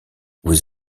vous